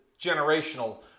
generational